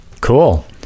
Cool